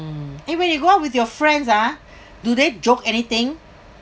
eh when you go out with your friends ah do they joke anything